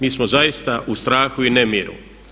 Mi smo zaista u strahu i nemiru.